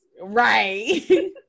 Right